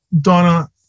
Donna